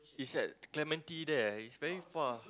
it's at Clementi there it's very far